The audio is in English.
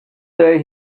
day